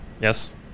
Yes